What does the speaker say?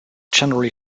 generally